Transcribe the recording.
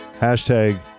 Hashtag